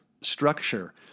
structure